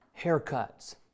haircuts